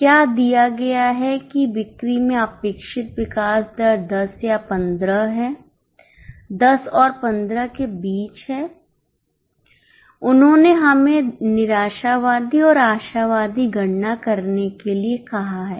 क्या दिया गया हैकि बिक्री में अपेक्षित विकास दर 10 या 15 है 10 और 15 के बीच है उन्होंने हमें निराशावादी और आशावादी गणना करने के लिए कहा है